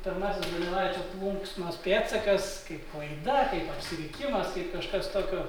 pirmasis donelaičio plunksnos pėdsakas kaip klaida kaip apsirikimas kaip kažkas tokio